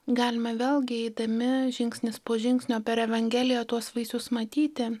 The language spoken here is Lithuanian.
galime vėlgi eidami žingsnis po žingsnio per evangeliją tuos vaisius matyti